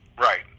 Right